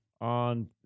on